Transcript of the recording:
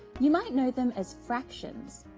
you might know them as fractions.